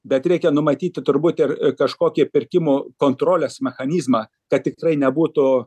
bet reikia numatyti turbūt ir kažkokį pirkimų kontrolės mechanizmą kad tikrai nebūtų